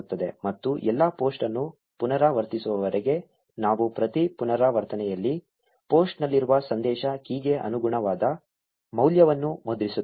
ಮತ್ತು ಎಲ್ಲಾ ಪೋಸ್ಟ್ ಅನ್ನು ಪುನರಾವರ್ತಿಸುವವರೆಗೆ ನಾವು ಪ್ರತಿ ಪುನರಾವರ್ತನೆಯಲ್ಲಿ ಪೋಸ್ಟ್ನಲ್ಲಿರುವ ಸಂದೇಶ ಕೀ ಗೆ ಅನುಗುಣವಾದ ಮೌಲ್ಯವನ್ನು ಮುದ್ರಿಸುತ್ತೇವೆ